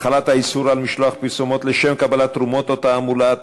(החלת האיסור על משלוח פרסומת לשם קבלת תרומות או לתעמולה),